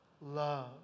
love